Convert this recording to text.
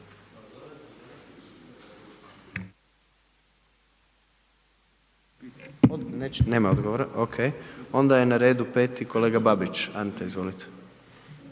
Nema odgovora, ok. Onda je na redu peti, kolega Babić Ante, izvolite.